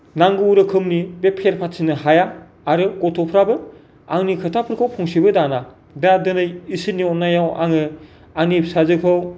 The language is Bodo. नांगौ रोखोमनि बे फेर फाथिनो हाया आरो गथ'फ्राबो आंनि खोथाफोरखौ फंसेबो दाना दा दिनै इसोरनि अननायाव आङो आंनि फिसाजोखौ